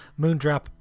Moondrop